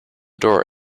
door